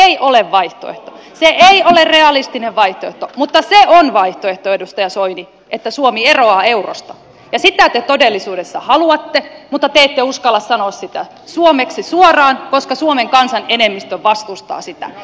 se ei ole realistinen vaihtoehto mutta se on vaihtoehto edustaja soini että suomi eroaa eurosta ja sitä te todellisuudessa haluatte mutta te ette uskalla sanoa sitä suomeksi suoraan koska suomen kansan enemmistö vastustaa sitä